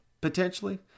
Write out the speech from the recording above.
potentially